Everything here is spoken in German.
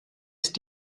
ist